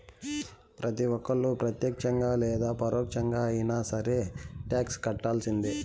ప్రతి ఒక్కళ్ళు ప్రత్యక్షంగా లేదా పరోక్షంగా అయినా సరే టాక్స్ కట్టాల్సిందే